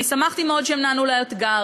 שמחתי מאוד שהם נענו לאתגר,